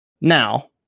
Now